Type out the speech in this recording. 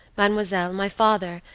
mademoiselle, my father,